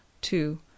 two